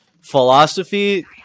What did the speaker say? philosophy